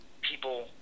people